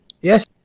Yes